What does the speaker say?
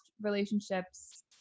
relationships